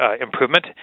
Improvement